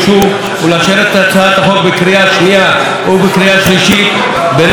הצעת החוק בקריאה שנייה ובקריאה שלישית בנוסח שאישרה הוועדה,